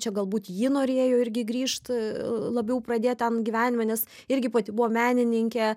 čia galbūt ji norėjo irgi grįžt labiau pradėt ten gyvenimą nes irgi pati buvo menininkė